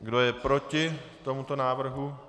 Kdo je proti tomuto návrhu?